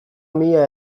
mihia